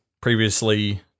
previously